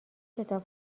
کتاب